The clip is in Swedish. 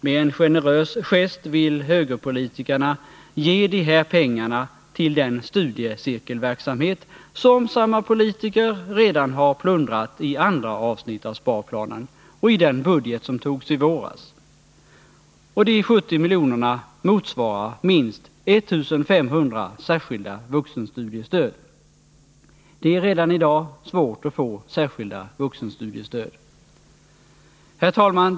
Med en generös gest vill högerpolitikerna ge de här pengarna till den studiecirkelverksamhet som samma politiker redan har plundrat i andra avsnitt av sparplanen och i den budget som antogs i våras. Och de 70 miljonerna motsvarar minst 1 500 särskilda vuxenstudiestöd. Det är redan i dag svårt att få särskilt vuxenstudiestöd. Herr talman!